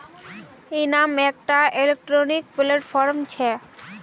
इनाम एकटा electronic platform छेक